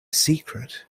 secret